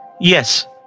Yes